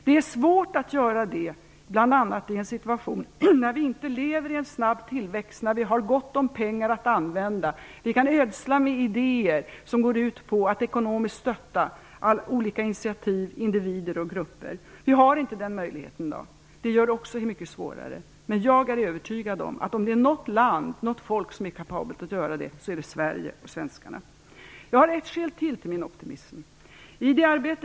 Det är svårt att göra det i en situation där vi inte lever i en snabb tillväxt, har gott om pengar att använda och kan ödsla med idéer som går ut på att ekonomiskt stötta olika initiativ, individer och grupper. Vi har i dag inte den möjligheten. Det gör det också mycket svårare. Men jag är övertygad om att om det är något land och något folk som kapabelt att göra det är det Sverige och svenskarna. Jag har ett ytterligare ett skäl till min optimism.